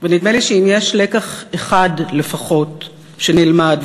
ונדמה לי שאם יש לקח אחד לפחות שנלמד,